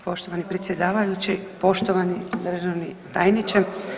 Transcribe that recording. Poštovani predsjedavajući, poštovani državni tajniče.